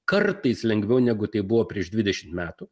kartais lengviau negu tai buvo prieš dvidešimt metų